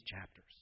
chapters